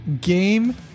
Game